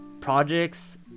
projects